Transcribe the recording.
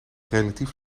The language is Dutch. relatief